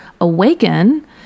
Awaken –